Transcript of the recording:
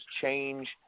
change